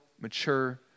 mature